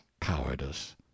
cowardice